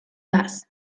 bus